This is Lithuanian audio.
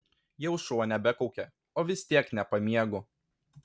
jau šuo nebekaukia o vis tiek nepamiegu